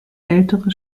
ältere